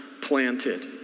planted